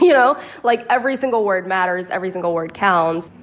you know like every single word matters. every single word counts.